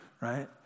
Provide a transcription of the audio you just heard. right